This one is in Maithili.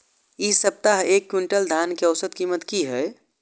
इ सप्ताह एक क्विंटल धान के औसत कीमत की हय?